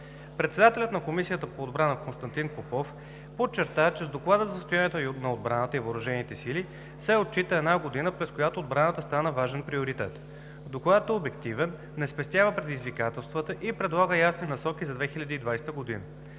Председателят на Комисията по отбрана Константин Попов подчерта, че с Доклада за състоянието на отбраната и въоръжените сили се отчита една година, през която отбраната остана важен приоритет. Докладът е обективен, не спестява предизвикателствата и предлага ясни насоки за 2020 г.